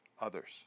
others